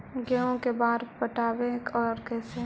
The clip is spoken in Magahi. गेहूं के बार पटैबए और कैसे?